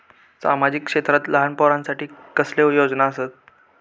सामाजिक क्षेत्रांत लहान पोरानसाठी कसले योजना आसत?